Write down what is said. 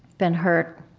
been hurt,